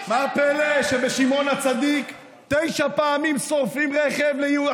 מה הפלא שבשמעון הצדיק תשע פעמים שורפים רכב ליהודי,